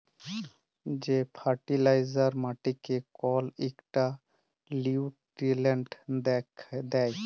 যে ফার্টিলাইজার মাটিকে কল ইকটা লিউট্রিয়েল্ট দ্যায়